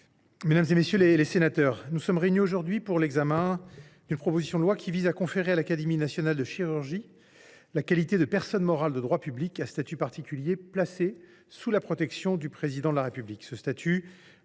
mesdames, messieurs les sénateurs, nous sommes réunis aujourd’hui pour l’examen d’une proposition de loi qui vise à conférer à l’Académie nationale de chirurgie la qualité de personne morale de droit public à statut particulier placée sous la protection du Président de la République.